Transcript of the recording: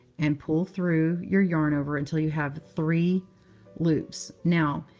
and pull through your yarn over until you have three loops. now,